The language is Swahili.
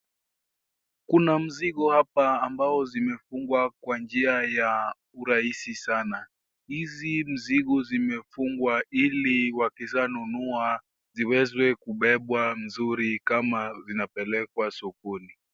Kuna mzigo hapa ambao zimefungwa kwa njia ya urahisi sana hizi mzigo zimefungwa ili wakisha nunua ziwezwe kubwa mzuri kama zinapelekwa sokoni.